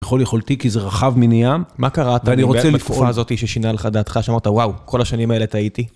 בכל יכולתי כי זה רחב מני ים. מה קרה בתקופה הזאת ששינה לך את דעתך שאמרת וואו, כל השנים האלה טעיתי?